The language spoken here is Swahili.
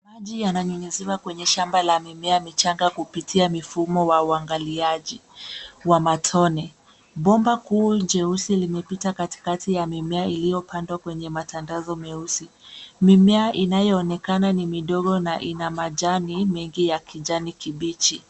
Maji yananyunyuziwa kwenye shamba la mimea michanga kupitia mifumo ya uangaliaji wa matone. Bomba kuu jeusi limepita katikati ya mimea iliyopandwa kwenye matandazo meusi. Mimea inayoonekana ni midogo na ina majani mingi ya kijani kibichi.